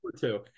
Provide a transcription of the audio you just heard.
Two